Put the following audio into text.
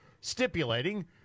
stipulating